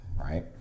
right